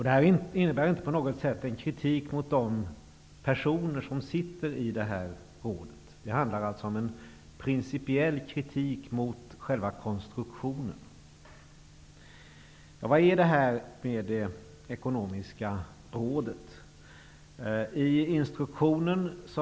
Detta innebär inte på något sätt en kritik mot de personer som sitter i rådet. Det är alltså fråga om en principiell kritik mot själva konstruktionen. Vad är då det ekonomiska rådet för någonting?